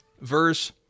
verse